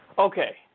Okay